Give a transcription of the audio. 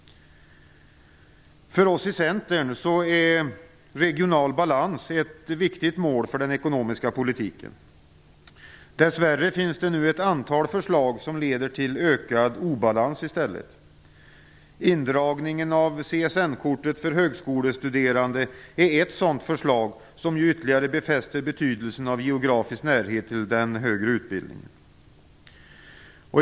För oss i Centern är regional balans ett viktigt mål för den ekonomiska politiken. Dess värre finns nu ett antal förslag som i stället leder till ökad obalans. Indragningen av CSN kortet för högskolestuderande är ett sådant förslag som ytterligare befäster betydelsen av geografisk närhet till den högre utbildningen.